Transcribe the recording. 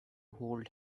hold